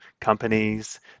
companies